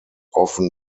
often